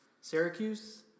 Syracuse